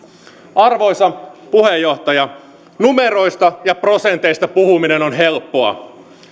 arvoisa puheenjohtaja numeroista ja prosenteista puhuminen on helppoa